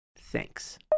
Thanks